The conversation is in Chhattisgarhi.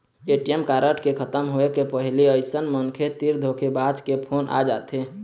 ए.टी.एम कारड के खतम होए के पहिली अइसन मनखे तीर धोखेबाज के फोन आ जाथे